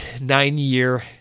nine-year